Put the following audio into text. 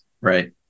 right